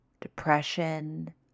depression